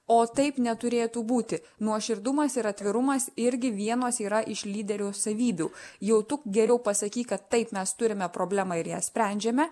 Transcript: o taip neturėtų būti nuoširdumas ir atvirumas irgi vienos yra iš lyderio savybių jau tu geriau pasakyk kad taip mes turime problemą ir ją sprendžiame